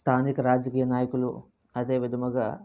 స్థానిక రాజకీయనాయకులు అదే విధంగా